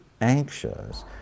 anxious